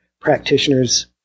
practitioners